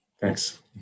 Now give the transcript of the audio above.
Thanks